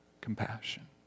compassion